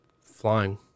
flying